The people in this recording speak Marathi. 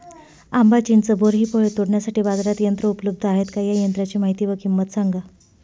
आंबा, चिंच, बोर हि फळे तोडण्यासाठी बाजारात यंत्र उपलब्ध आहेत का? या यंत्रांची माहिती व किंमत सांगा?